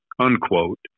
unquote